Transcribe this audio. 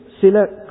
sila